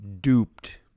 duped